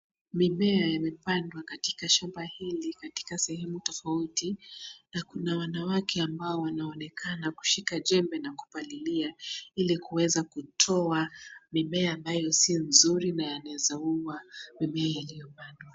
Mimea imepandwa katika shamba hili katika sehemu tofauti na kuna wanawake ambao wanaonekana kushika jembe na kupalilia ili kuweza kutoa mimea ambayo si nzuri na yanaweza ua mimea iliyopandwa.